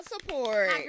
support